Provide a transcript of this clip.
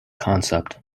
concept